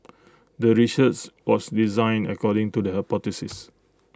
the research was designed according to the hypothesis